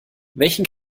welchen